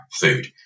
food